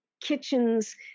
kitchens